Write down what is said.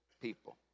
people